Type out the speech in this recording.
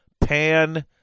Pan